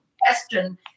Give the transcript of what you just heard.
Question